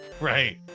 Right